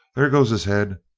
there goes his head!